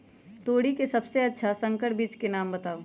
तोरी के सबसे अच्छा संकर बीज के नाम बताऊ?